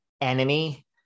enemy